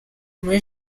muri